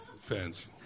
fans